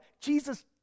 Jesus